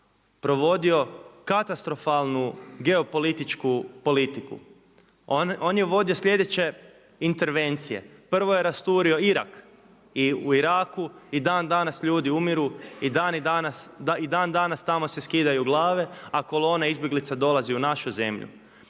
provodio katastrofalnu geopolitičku politiku. On je uvodio sljedeće intervencije. Prvo je rasturio Irak i u Iraku i dan danas ljudi umiru i dan danas tamo se skidaju glave, a kolone izbjeglica dolaze u našu zemlju.